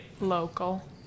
Local